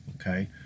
okay